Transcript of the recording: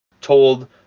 told